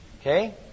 Okay